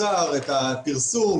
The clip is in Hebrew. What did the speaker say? פאולה,